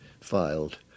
filed